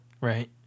Right